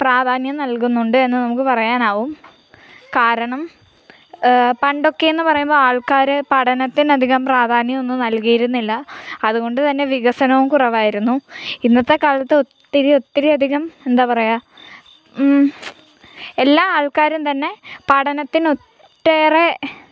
പ്രാധാന്യം നൽകുന്നുണ്ട് എന്ന് നമുക്ക് പറയാനാകും കാരണം പണ്ടൊക്കെയെന്ന് പറയുമ്പോൾ ആൾക്കാർ പഠനത്തിന് അധികം പ്രാധാന്യം ഒന്നും നൽകിയിരുന്നില്ല അതുകൊണ്ട് തന്നെ വികസനവും കുറവായിരുന്നു ഇന്നത്തെ കാലത്ത് ഒത്തിരി ഒത്തിരി അധികം എന്താണ് പറയുക എല്ലാ ആൾക്കാരും തന്നെ പഠനത്തിന് ഒട്ടേറെ